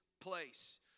place